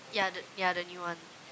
yeah the yeah the new one